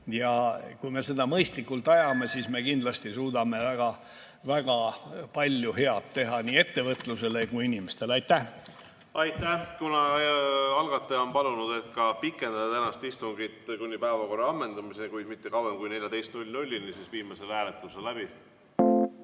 ja kui me seda mõistlikult ajame, siis me kindlasti suudame väga palju head teha nii ettevõtlusele kui ka inimestele. Aitäh! Aitäh! Kuna algataja on palunud pikendada tänast istungit kuni päevakorra ammendumiseni, kuid mitte kauem kui kella 14-ni, siis viime selle hääletuse läbi.